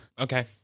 okay